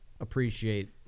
appreciate